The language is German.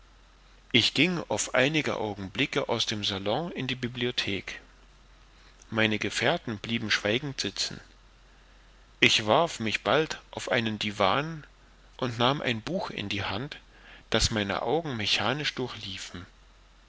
ich ging auf einige augenblicke aus dem salon in die bibliothek meine gefährten blieben schweigend sitzen ich warf mich bald auf einen divan und nahm ein buch in die hand das meine augen mechanisch durchliefen